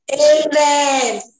Amen